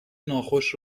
ناخوش